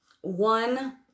one